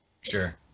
Sure